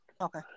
Okay